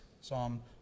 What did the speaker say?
Psalm